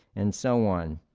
and so on.